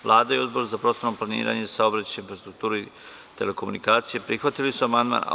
Vlada i Odbor za prostorno planiranje, saobraćaj, infrastrukturu i telekomunikacije prihvatili su amandman.